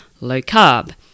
low-carb